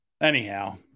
Anyhow